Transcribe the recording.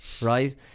Right